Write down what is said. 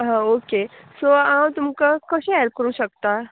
हां okay so हांव तुमकां कशें हॅल्प करूं शकतां